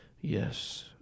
yes